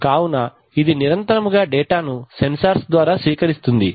కావున ఇది నిరంతరముగా డేటా ను సెన్సార్స్ ద్వారా స్వీకరిస్తుంది